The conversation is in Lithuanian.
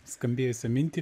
skambėjusią mintį